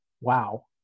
wow